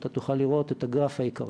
אתה תוכל לראות את הגרף העיקרי.